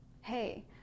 hey